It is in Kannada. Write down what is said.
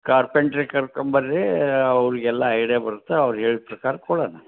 ಕಾರ್ಪೆಂಟ್ರಿಗೆ ಕರ್ಕೊಂಡ್ಬರ್ರಿ ಅವರಿಗೆಲ್ಲ ಐಡಿಯಾ ಬರುತ್ತಾ ಅವ್ರು ಏಳು ಪ್ರಕಾರ ಕೊಡೋಣ